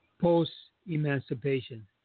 post-emancipation